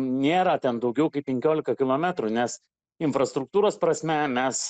nėra ten daugiau kaip penkiolika kilometrų nes infrastruktūros prasme mes